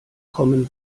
commen